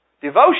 devotion